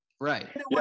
Right